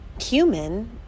human